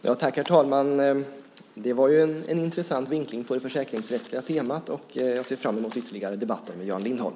Herr talman! Det var en intressant vinkling på det försäkringsrättsliga temat. Jag ser fram emot ytterligare debatter med Jan Lindholm.